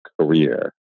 career